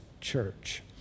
church